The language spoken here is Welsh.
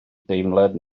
deimlad